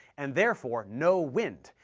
and therefore no wind,